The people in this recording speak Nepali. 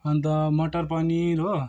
अन्त मटर पनिर हो